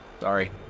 Sorry